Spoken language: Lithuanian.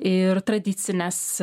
ir tradicines